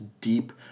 deep